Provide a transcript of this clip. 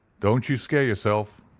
don't you scare yourself,